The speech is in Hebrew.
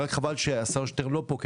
רק חבל שהשר שטרן לא פה.